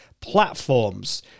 platforms